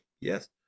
Yes